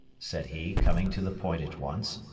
said he, coming to the point at once,